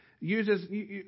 uses